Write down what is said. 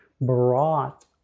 brought